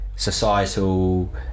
societal